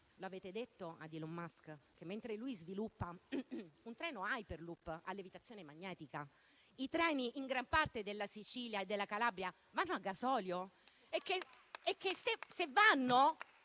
avete detto ad Elon Musk che, mentre lui sviluppa un treno *hyperloop* a levitazione magnetica, in gran parte della Sicilia e della Calabria i treni vanno a gasolio e che, se